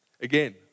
Again